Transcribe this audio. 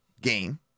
game